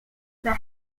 the